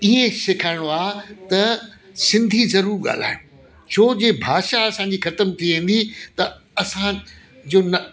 ईअं सिखाइणो आहे त सिंधी ज़रूर ॻाल्हायो छो जे भाषा असांजी ख़तमु थी वेंदी त असां जो न